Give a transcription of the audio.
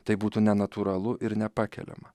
tai būtų nenatūralu ir nepakeliama